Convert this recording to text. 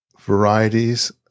varieties